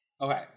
Okay